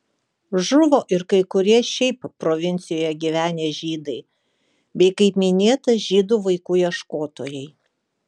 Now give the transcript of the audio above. žuvo ir kai kurie šiaip provincijoje gyvenę žydai bei kaip minėta žydų vaikų ieškotojai